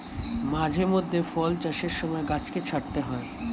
মাঝে মধ্যে ফল চাষের সময় গাছকে ছাঁটতে হয়